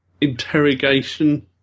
interrogation